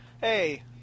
Hey